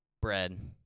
Bread